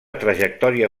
trajectòria